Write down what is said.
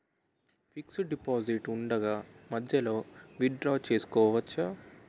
Fixed deposit ఉండగానే మధ్యలో withdraw చేసుకోవచ్చా?